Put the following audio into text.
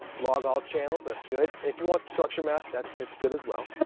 log all channels, that's good. if you want the structure map, that's good as well